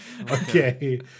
Okay